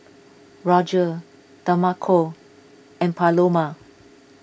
Roger Demarco and Paloma